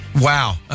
Wow